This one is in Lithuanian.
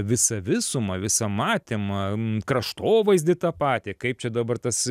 visą visumą visą matymą kraštovaizdį tą patį kaip čia dabar tas